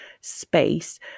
space